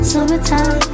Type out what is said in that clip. Summertime